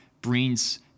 brings